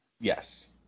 Yes